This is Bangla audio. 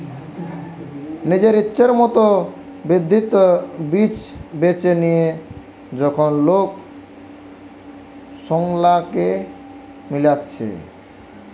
নিজের ইচ্ছের মত উদ্ভিদ, বীজ বেছে লিয়ে যখন লোক সেগুলাকে মিলাচ্ছে